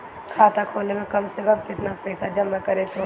खाता खोले में कम से कम केतना पइसा जमा करे के होई?